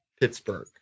pittsburgh